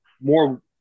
more